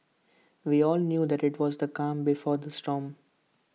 we all knew that IT was the calm before the storm